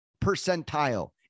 percentile